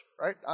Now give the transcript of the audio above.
right